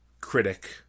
critic